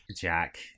Jack